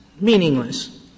meaningless